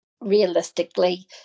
realistically